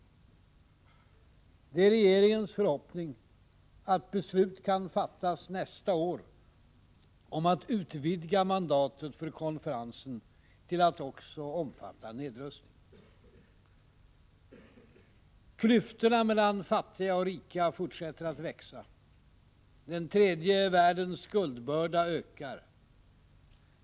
Det är regeringens förhoppning att beslut kan fattas nästa år om att utvidga mandatet för konferensen till att också omfatta nedrustning. Klyftorna mellan fattiga och rika fortsätter att växa. Den tredje världens skuldbörda ökar.